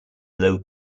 low